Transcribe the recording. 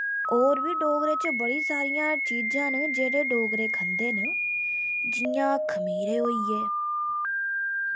और बी डोगरें च बड़ी सारियां चीजां न जेह्ड़े डोगरे खंदे न जियां खमीरे होई गे